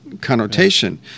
connotation